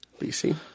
BC